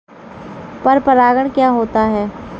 पर परागण क्या होता है?